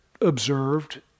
observed